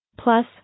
Plus